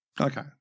Okay